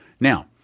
Now